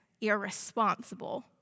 irresponsible